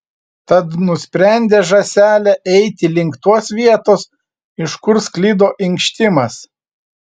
tad nusprendė žąsele eiti link tos vietos iš kur sklido inkštimas